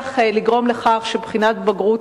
הצליח לתת היום לתלמידים בחינת בגרות